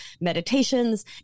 meditations